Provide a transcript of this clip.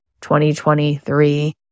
2023